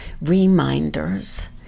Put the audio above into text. reminders